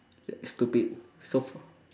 stupid so for